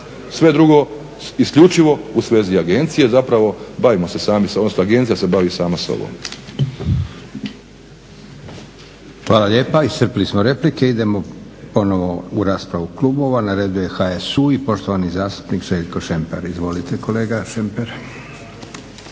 sve drugo je isključivo u svezi agencije, zapravo bavimo se sami sobom, odnosno agencija se bavi sama sobom. **Leko, Josip (SDP)** Hvala lijepa. Iscrpili smo replike, idemo ponovno u raspravu klubova. Na redu je HSU i poštovani zastupnik Željko Šemper. Izvolite kolega Šemper.